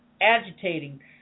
agitating